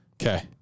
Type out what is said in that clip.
Okay